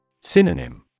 Synonym